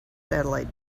satellite